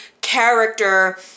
character